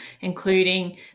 including